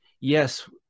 yes